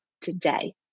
today